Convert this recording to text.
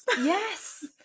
yes